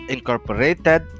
Incorporated